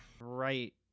Right